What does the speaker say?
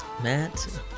Matt